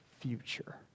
future